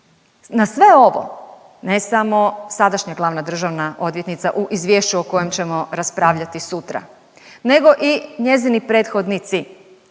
Na sve ovo, ne samo sadašnja glavna državna odvjetnica u izvješću o kojem ćemo raspravljati sutra, nego i njezini prethodnici